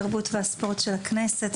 התרבות והספורט של הכנסת.